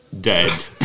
dead